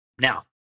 Now